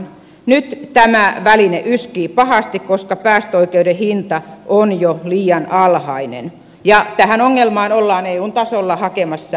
nyt tämä väline yskii pahasti koska päästöoikeuden hinta on jo liian alhainen ja tähän ongelmaan ollaan eun tasolla hakemassa ratkaisua